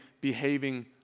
behaving